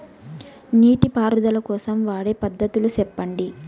నీటి పారుదల కోసం వాడే పద్ధతులు సెప్పండి?